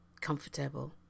comfortable